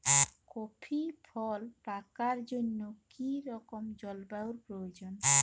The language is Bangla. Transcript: কফি ফল পাকার জন্য কী রকম জলবায়ু প্রয়োজন?